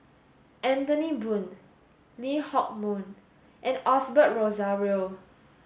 Anthony Poon Lee Hock Moh and Osbert Rozario